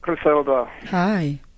Hi